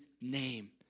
name